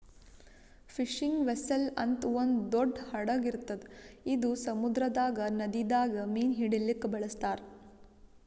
fishing vessel ಅಂತ್ ಒಂದ್ ದೊಡ್ಡ್ ಹಡಗ್ ಇರ್ತದ್ ಇದು ಸಮುದ್ರದಾಗ್ ನದಿದಾಗ್ ಮೀನ್ ಹಿಡಿಲಿಕ್ಕ್ ಬಳಸ್ತಾರ್